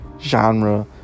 genre